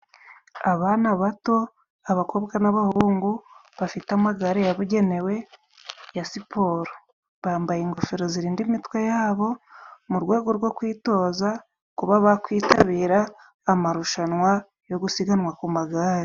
Abana bato abakobwa n'abahungu bafite amagare yabugenewe ya siporo, bambaye ingofero zirinda imitwe yabo, mu rwego rwo kwitoza kuba bakwitabira amarushanwa yo gusiganwa ku magare.